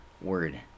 word